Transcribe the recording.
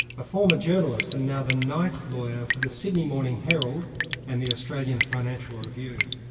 a former journalist and now the night lawyer for the sydney morning herald and the australian financial review.